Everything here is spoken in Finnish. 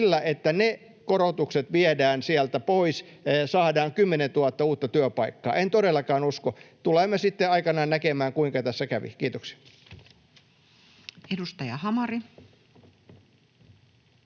sillä, että ne korotukset viedään sieltä pois, saadaan 10 000 uutta työpaikkaa. En todellakaan usko. Tulemme sitten aikanaan näkemään, kuinka tässä kävi. — Kiitoksia. [Speech 292]